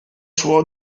suo